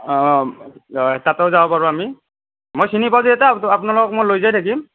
অঁ অঁ তাতো যাব পাৰোঁ আমি মই চিনি পাওঁ যিহেতু আপোনালোকক লৈ যাই থাকিম